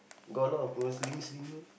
got a lot of those